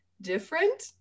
different